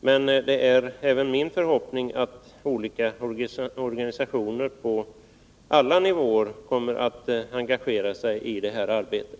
Men det är även min förhoppning att olika organisationer på alla nivåer kommer att engagera sig i det här arbetet.